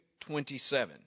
27